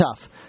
tough